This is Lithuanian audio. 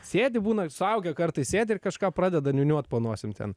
sėdi būna ir suaugę kartais sėdi ir kažką pradeda niūniuot po nosim ten